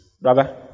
Brother